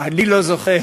אני לא זוכר,